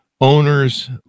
owner's